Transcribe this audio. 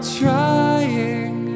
trying